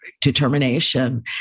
determination